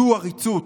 זו עריצות.